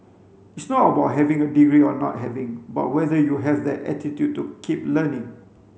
it's not about having a degree or not having but whether you have that attitude to keep learning